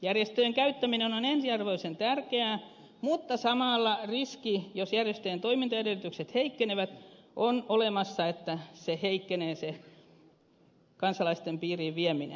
järjestöjen käyttäminen on ensiarvoisen tärkeää mutta samalla riski jos järjestöjen toimintaedellytykset heikkenevät on olemassa että heikkenee se kansalaisten piiriin vieminen